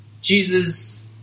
Jesus